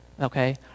okay